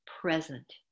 present